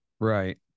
Right